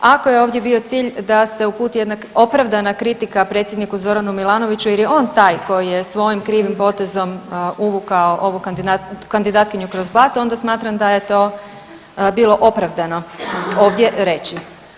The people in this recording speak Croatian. Ako je ovdje bio cilj da se uputi jedna opravdana kritika predsjedniku Zoranu Milanoviću jer je on taj koji je svojim krivim potezom uvukao ovu kandidatkinju kroz blato, onda smatram da je to bilo opravdano ovdje reći.